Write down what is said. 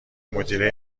مدیره